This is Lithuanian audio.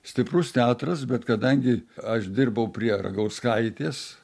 stiprus teatras bet kadangi aš dirbau prie ragauskaitės